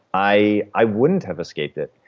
i i wouldn't have escaped it.